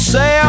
Say